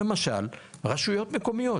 למשל, רשויות מקומיות.